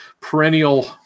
perennial